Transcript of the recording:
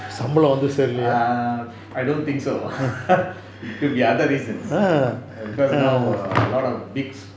err I don't think so could be other reasons because now a lot of big